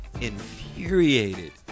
infuriated